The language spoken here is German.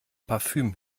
parfüm